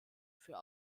für